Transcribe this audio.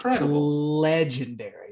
legendary